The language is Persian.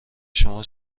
شما